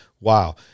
wow